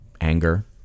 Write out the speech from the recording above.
anger